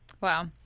Wow